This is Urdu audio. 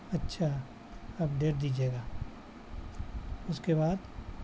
اچھا اپڈیٹ دیجیے گا اس کے بعد